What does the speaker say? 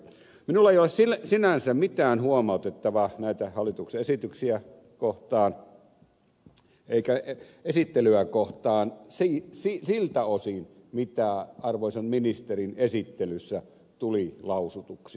minulla ei ole sinänsä mitään huomautettavaa näitä hallituksen esityksiä kohtaan eikä esittelyä kohtaan siltä osin mitä arvoisan ministerin esittelyssä tuli lausutuksi